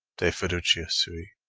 de fiducia sui.